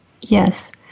Yes